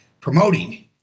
promoting